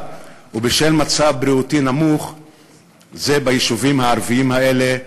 ובשל מצב בריאותי ירוד הוא ביישובים הערביים האלה,